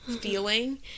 feeling